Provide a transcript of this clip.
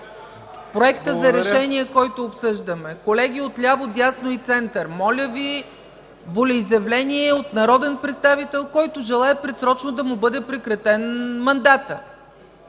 Проекта за решение, който обсъждаме? Колеги от ляво, от дясно и център, моля Ви – това е волеизявление от народен представител, който желае предсрочно да бъде прекратен мандатът